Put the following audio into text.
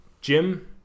Jim